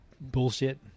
bullshit